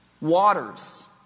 waters